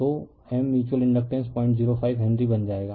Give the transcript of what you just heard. तो M mutual inductance 005 henry बन जाएगा